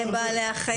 כמו ארגוני בעלי החיים.